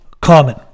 common